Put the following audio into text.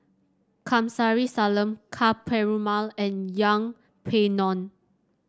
Kamsari Salam Ka Perumal and Yeng Pway Ngon